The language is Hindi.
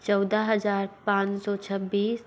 चौदह हजार पाँच सौ छब्बीस